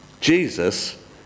Jesus